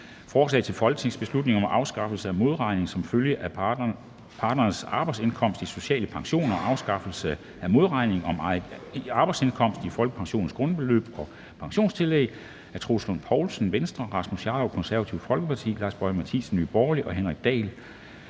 Forslag til folketingsbeslutning om at afskaffe modregning som følge af en partners arbejdsindkomst i social pension og afskaffelse af modregning af egen arbejdsindkomst i folkepensionens grundbeløb og pensionstillæg. Af Troels Lund Poulsen (V), Rasmus Jarlov (KF), Lars Boje Mathiesen (NB), Henrik Dahl